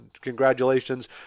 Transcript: congratulations